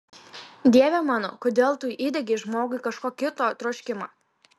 dieve mano kodėl tu įdiegei žmogui kažko kito troškimą